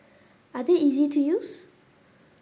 are they easy to use